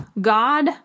God